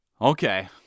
Okay